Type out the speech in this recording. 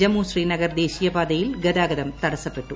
ജമ്മു ശ്രീനഗർ ദേശീയ പാതയിൽ ഗതാഗതം തടസ്സപ്പെട്ടു